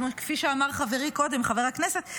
כפי שאמר קודם חברי חבר הכנסת,